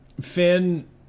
finn